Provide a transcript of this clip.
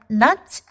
nuts